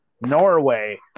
Norway